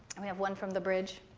and we have one from the bridge.